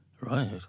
Right